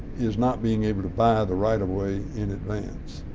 is not being able to buy the right-of-way in advance,